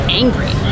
angry